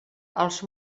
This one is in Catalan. els